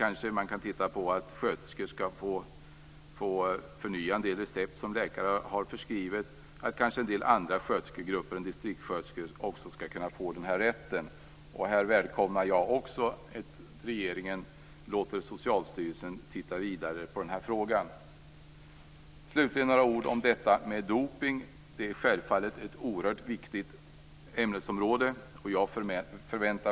Man kan också närmare titta på sköterskors möjligheter att få förnya en del recept som läkare har förskrivit och på att kanske en del andra sköterskegrupper än distriktssköterskor också skall få den rätten. Här välkomnar jag även att regeringen låter Socialstyrelsen titta vidare på frågan. Slutligen några ord om dopningen, som självfallet är ett oerhört viktigt ämnesområde.